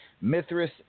Mithras